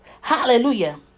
Hallelujah